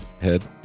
head